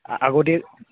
আগতেই